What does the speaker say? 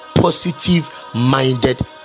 positive-minded